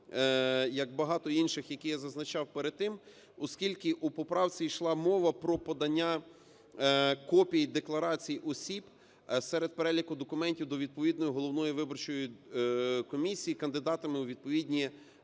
як багато інших, які я зазначав перед тим, оскільки у поправці йшла мова про подання копій декларацій осіб серед переліку документів до відповідної головної виборчої комісії кандидатами у відповідні місцеві